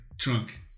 trunk